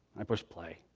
i push play,